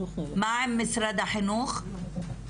מה עם משרד החינוך?